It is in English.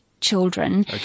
children